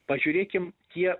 pažiūrėkim kiek